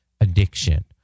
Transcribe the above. addiction